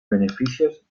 beneficios